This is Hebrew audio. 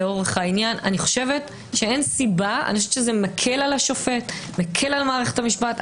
זה מקל על השופט, על מערכת המשפט.